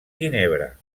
ginebra